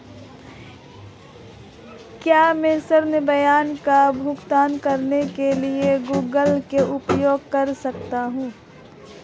क्या मैं ऋण ब्याज का भुगतान करने के लिए गूगल पे उपयोग कर सकता हूं?